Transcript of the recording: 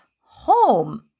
home